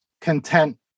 content